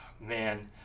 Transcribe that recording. man